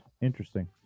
Interesting